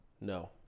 No